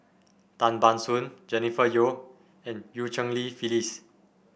Tan Ban Soon Jennifer Yeo and Eu Cheng Li Phyllis